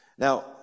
Now